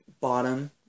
bottom